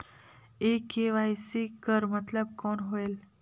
ये के.वाई.सी कर मतलब कौन होएल?